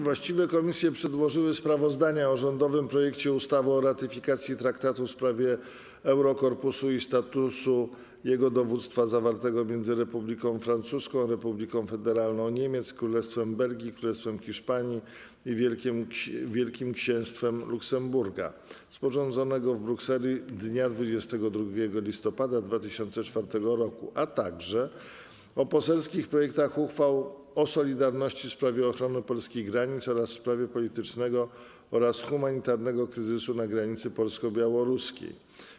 Właściwe komisje przedłożyły sprawozdania: - o rządowym projekcie ustawy o ratyfikacji Traktatu w sprawie Eurokorpusu i statusu jego Dowództwa zawartego między Republiką Francuską, Republiką Federalną Niemiec, Królestwem Belgii, Królestwem Hiszpanii i Wielkim Księstwem Luksemburga, sporządzonego w Brukseli dnia 22 listopada 2004 r., - o poselskich projektach uchwał o solidarności w sprawie ochrony polskich granic oraz w sprawie politycznego oraz humanitarnego kryzysu na granicy polsko-białoruskiej.